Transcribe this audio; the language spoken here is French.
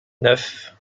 neuf